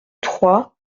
trois